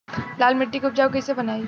लाल मिट्टी के उपजाऊ कैसे बनाई?